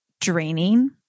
draining